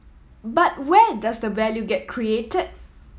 but where does the value get create